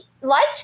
liked